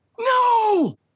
No